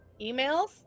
emails